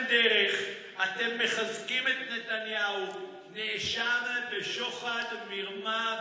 אני מחדש את הישיבה, ותחילה, הודעה.